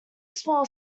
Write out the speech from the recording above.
small